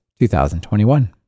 2021